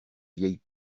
vieille